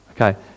Okay